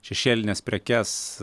šešėlines prekes